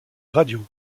radio